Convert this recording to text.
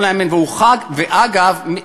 ואגב,